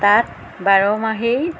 তাত বাৰমাহেই